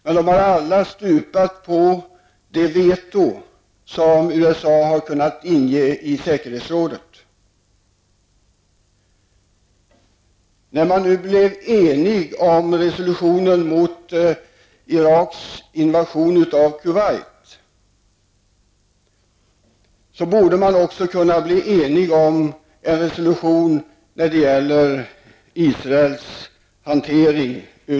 Men de har alla stupat på det veto som USA har kunnat avge i säkerhetsrådet. När man nu blev enig om resolutionen mot Iraks invasion av Kuwait, borde man också kunna bli enig om en resolution mot Herr talman!